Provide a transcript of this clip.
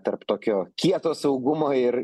tarp tokio kieto saugumo ir